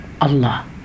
Allah